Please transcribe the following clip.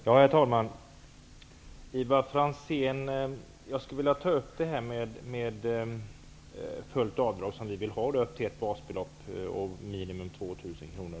Herr talman! Ivar Franzén, jag skulle vilja ta upp frågan om fullt avdrag, som vi vill ha upp till ett basbelopp och minimum 2 000 kr.